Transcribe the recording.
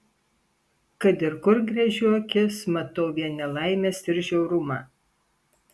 kad ir kur gręžiu akis matau vien nelaimes ir žiaurumą